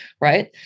right